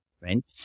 right